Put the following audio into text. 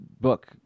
book